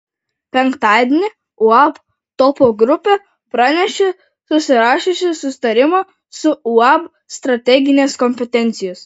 penktadienį uab topo grupė pranešė pasirašiusi susitarimą su uab strateginės kompetencijos